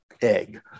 egg